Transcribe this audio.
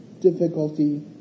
difficulty